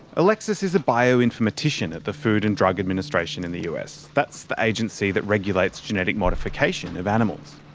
alexis is a bioinformatician at the food and drug administration in the us. that's the agency that regulates genetic modification of animals.